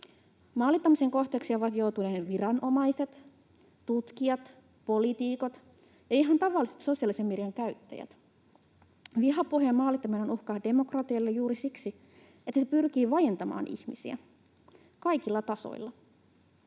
Maalittamisen kohteeksi ovat joutuneet viranomaiset, tutkijat, poliitikot ja ihan tavalliset sosiaalisen median käyttäjät. Vihapuhe ja maalittaminen ovat uhka demokratialle juuri siksi, että niillä pyritään vaientamaan ihmisiä kaikilla tasoilla.